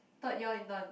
third year intern